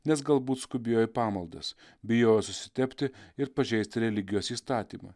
nes galbūt skubėjo į pamaldas bijojo susitepti ir pažeisti religijos įstatymą